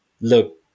look